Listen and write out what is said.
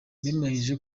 bemeranyije